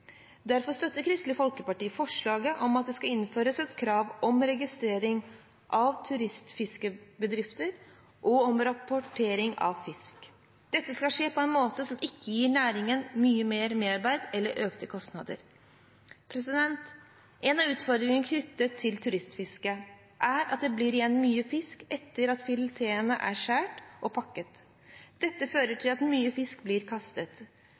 Derfor støtter Kristelig Folkeparti forslaget om at det skal innføres et krav om registrering av turistfiskebedrifter og om rapportering av fangst. Dette skal skje på en måte som ikke gir næringen mye merarbeid eller økte kostnader. En av utfordringene knyttet til turistfiske er at det blir igjen mye fisk etter at filetene er skåret og pakket. Dette fører til at mye fisk blir kastet.